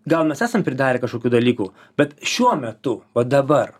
gaunas esam pridarę kažkokių dalykų bet šiuo metu va dabar